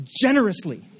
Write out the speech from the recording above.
generously